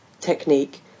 technique